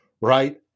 right